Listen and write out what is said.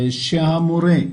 שהמורה,